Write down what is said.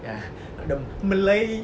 ya not the malay